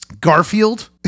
garfield